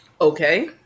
Okay